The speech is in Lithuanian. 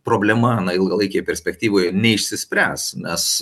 problema na ilgalaikėj perspektyvoj neišsispręs nes